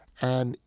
and,